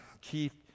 Keith